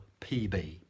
PB